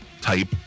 type